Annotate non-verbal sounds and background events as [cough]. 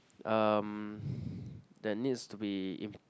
um [breath] that needs to be